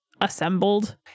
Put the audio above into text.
assembled